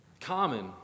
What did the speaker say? common